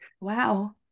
wow